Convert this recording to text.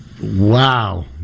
Wow